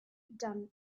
done